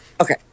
Okay